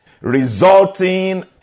resulting